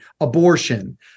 abortion